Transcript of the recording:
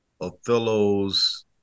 Othello's